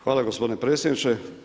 Hvala gospodine predsjedniče.